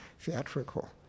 theatrical